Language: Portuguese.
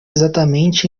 exatamente